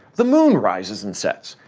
the moon rises and sets,